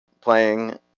playing